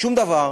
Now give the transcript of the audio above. שום דבר.